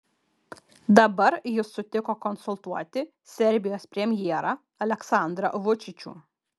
dabar jis sutiko konsultuoti serbijos premjerą aleksandrą vučičių